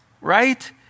right